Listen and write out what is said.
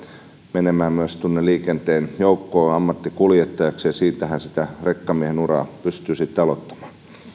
menemään myös tuonne liikenteen joukkoon ammattikuljettajaksi ja siitähän sitä rekkamiehen uran pystyy sitten aloittamaan